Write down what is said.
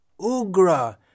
ugra